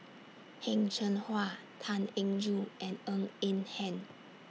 Heng Cheng Hwa Tan Eng Joo and Ng Eng Hen